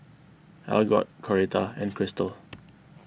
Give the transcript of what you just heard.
Algot Coretta and Kristal